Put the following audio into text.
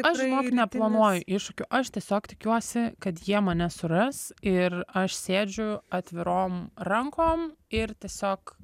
aš žinok neplanuoju iššūkių aš tiesiog tikiuosi kad jie mane suras ir aš sėdžiu atvirom rankom ir tiesiog